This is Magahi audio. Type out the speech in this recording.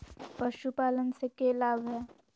पशुपालन से के लाभ हय?